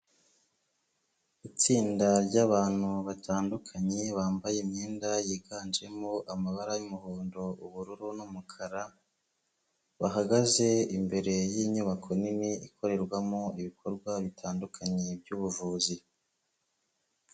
Itsinda ry'abantu batandukanye bambaye imyenda yiganjemo amabara y'umuhondo, ubururu, n'umukara. Bahagaze imbere y'inyubako nini ikorerwamo ibikorwa bitandukanye by'ubuvuzi.